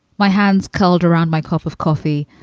my hands curled around my cup of coffee,